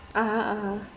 (uh huh) (uh huh)